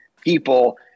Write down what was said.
people